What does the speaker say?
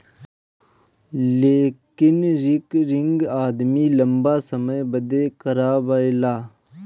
लेकिन रिकरिंग आदमी लंबा समय बदे करावेला